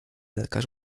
lekarz